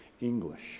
English